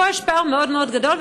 פה יש פער מאוד מאוד גדול,